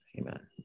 Amen